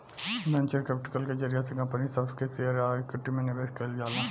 venture capital के जरिया से कंपनी सब के शेयर आ इक्विटी में निवेश कईल जाला